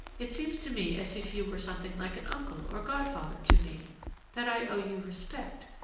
it seems to me as if you were something like an uncle or godfather to me that i owe you respect,